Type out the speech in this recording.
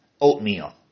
Oatmeal